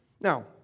Now